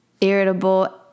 irritable